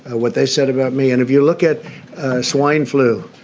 ah what they said about me, and if you look at swine flu,